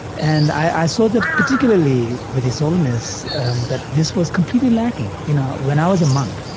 and i saw that particularly with his holiness that this was completely lacking you know, when i was a monk,